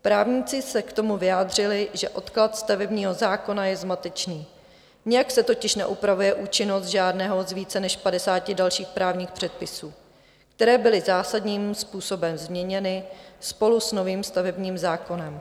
Právníci se k tomu vyjádřili, že odklad stavebního zákona je zmatečný, nijak se totiž neupravuje účinnost žádného z více než padesáti dalších právních předpisů, které byly zásadním způsobem změněny spolu s novým stavebním zákonem.